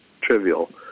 trivial